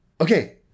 okay